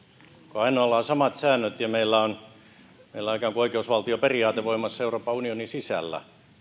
ainoalla on samat säännöt ja meillä on ikään kuin oikeusvaltioperiaate voimassa euroopan unionin sisällä